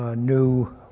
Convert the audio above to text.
ah new